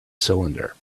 cylinder